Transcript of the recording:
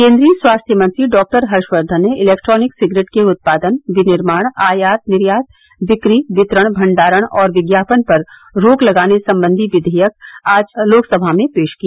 केन्द्रीय स्वास्थ्य मंत्री डॉक्टर हर्षवर्धन ने इलैक्ट्रॉनिक सिगरेट के उत्पादन विनिर्माण आयात निर्यात बिक्री वितरण भंडारण और विज्ञापन पर रोक लगाने संबंधी विधेयक आज लोकसभा में पेश किया